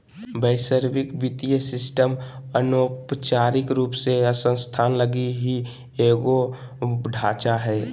वैश्विक वित्तीय सिस्टम अनौपचारिक रूप से संस्थान लगी ही एगो ढांचा हय